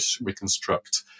reconstruct